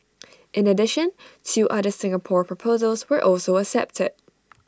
in addition two other Singapore proposals were also accepted